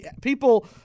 people